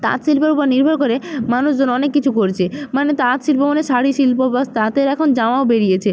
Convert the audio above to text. তাঁত শিল্পের উপর নির্ভর করে মানুষজন অনেক কিছু করছে মানে তাঁত শিল্প মানে শাড়ি শিল্প বা তাঁতের এখন জামাও বেরিয়েছে